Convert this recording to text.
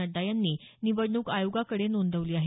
नड्डा यांनी निवडणूक आयोगाकडे नोंदवली आहे